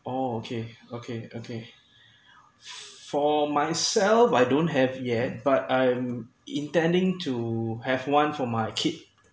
oh okay okay okay for myself I don't have yet but I'm intending to have one for my kid